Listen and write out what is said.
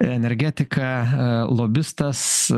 energetika lobistas